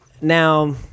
Now